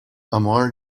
amar